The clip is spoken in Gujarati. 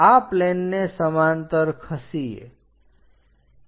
આ પ્લેનને સમાંતર ખસીએ